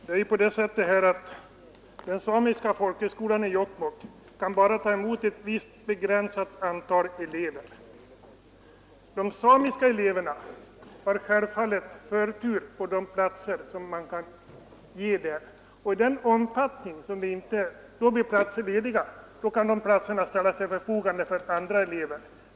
Herr talman! Den samiska folkhögskolan i Jokkmokk kan bara ta emot ett visst begränsat antal elever. De samiska eleverna har självfallet förtur till de platser som finns, och endast i den omfattning platser blir lediga kan dessa ställas till förfogande för andra elever.